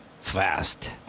fast